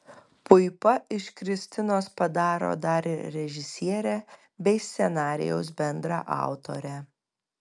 puipa iš kristinos padaro dar ir režisierę bei scenarijaus bendraautorę